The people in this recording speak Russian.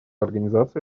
организации